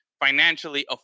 financially